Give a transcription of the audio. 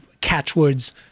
catchwords